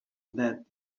that